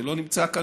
שלא נמצא כאן,